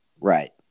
Right